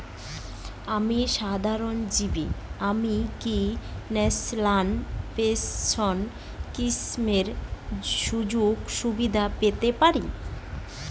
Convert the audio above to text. আমি স্বাধীনজীবী আমি কি ন্যাশনাল পেনশন স্কিমের সুযোগ সুবিধা পেতে পারি?